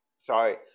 Sorry